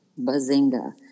Bazinga